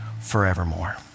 forevermore